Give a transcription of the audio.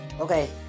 okay